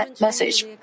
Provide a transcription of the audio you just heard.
message